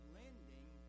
lending